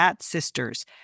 Sisters